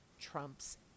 Trump's